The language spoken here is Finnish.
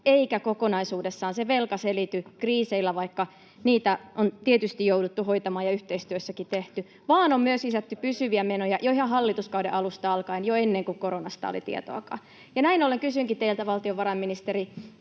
velka kokonaisuudessaan selity kriiseillä — vaikka niitä on tietysti jouduttu hoitamaan ja yhteistyössäkin tehty — vaan on myös lisätty pysyviä menoja jo ihan hallituskauden alusta alkaen, jo ennen kuin koronasta oli tietoakaan. Näin ollen kysynkin teiltä, valtiovarainministeri